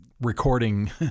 recording